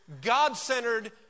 God-centered